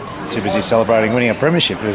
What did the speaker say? too busy celebrating winning a premiership,